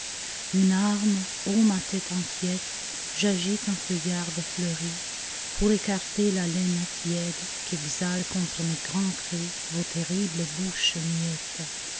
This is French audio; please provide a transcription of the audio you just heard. une arme ô ma tête inquiète j'agite un feuillard défleuri pour écarter l'haleine tiède qu'exhalent contre mes grands cris vos terribles bouches muettes